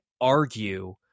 argue